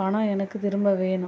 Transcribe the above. பணம் எனக்கு திரும்ப வேணும்